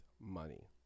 money